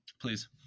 Please